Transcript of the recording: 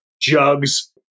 Jugs